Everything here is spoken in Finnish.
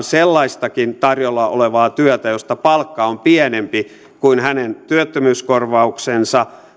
sellaistakin tarjolla olevaa työtä josta palkka on pienempi kuin hänen työttömyyskorvauksensa